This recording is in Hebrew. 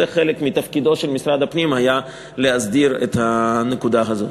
זה היה חלק מתפקידו של משרד הפנים להסדיר את הנקודה הזאת.